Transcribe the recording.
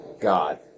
God